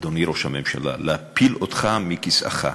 אדוני ראש הממשלה, להפיל אותך מכיסאך,